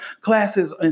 classes